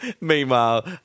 Meanwhile